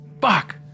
Fuck